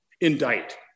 indict